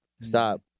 Stop